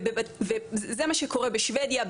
וזה מה שקורה בשוודיה,